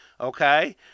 okay